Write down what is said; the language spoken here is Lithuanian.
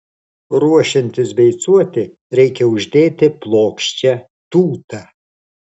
ruošiantis beicuoti reikia uždėti plokščią tūtą